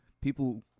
people